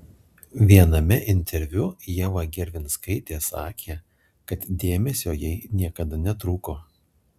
viename interviu ieva gervinskaitė sakė kad dėmesio jai niekada netrūko